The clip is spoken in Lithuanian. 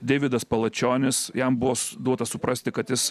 deividas palačionis jam buvo duota suprasti kad jis